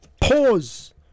pause